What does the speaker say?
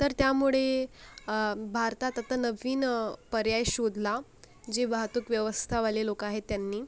तर त्यामुळे भारतात आता नवीन पर्याय शोधला जे वाहतूक व्यवस्थावाले लोकं आहेत त्यांनी